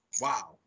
Wow